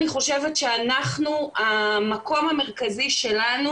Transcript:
אני חושבת שהמקום המרכזי שלנו,